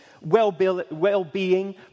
well-being